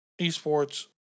esports